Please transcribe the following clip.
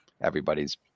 everybody's